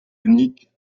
conique